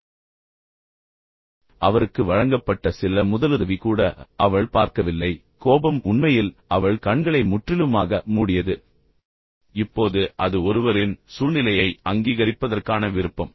இப்போது அவருக்கு வழங்கப்பட்ட சில முதலுதவி கூட அவள் பார்க்கவில்லை கோபம் உண்மையில் அவள் கண்களை முற்றிலுமாக மூடியது இப்போது அது ஒருவரின் சூழ்நிலையை அங்கீகரிப்பதற்கான விருப்பம்